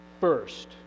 first